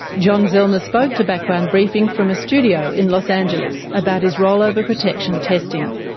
john zellner spoke to background briefing from a studio in los angeles about his rollover protection testing.